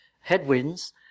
headwinds